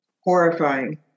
horrifying